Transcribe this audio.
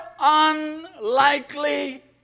unlikely